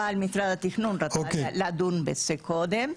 אבל משרד התכנון רצה לדון בזה קודם.